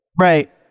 Right